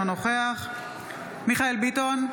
אינו נוכח מיכאל מרדכי ביטון,